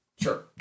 Sure